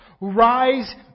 Rise